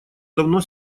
давно